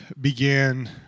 began